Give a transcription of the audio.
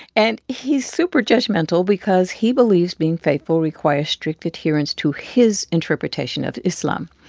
and he's super judgmental because he believes being faithful requires strict adherence to his interpretation of islam.